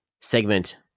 segment